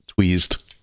tweezed